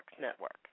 Network